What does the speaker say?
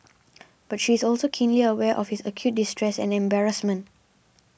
but she is also keenly aware of his acute distress and embarrassment